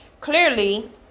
Clearly